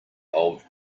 old